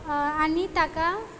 आनी ताका